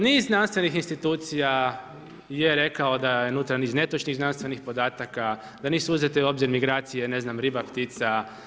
Niz znanstvenih institucija je rekao da je unutra niz netočnih znanstvenih podataka, da nisu uzete u obzir migracije, ne znam, riba, ptica.